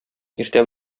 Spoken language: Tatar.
иртә